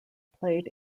played